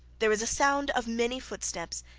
there was a sound of many footsteps,